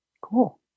Cool